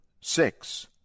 six